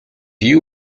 you